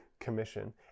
Commission